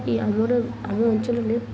ଆମର ଆମ ଅଞ୍ଚଳରେ